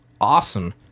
awesome